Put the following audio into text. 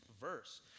verse